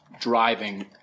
driving